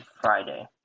Friday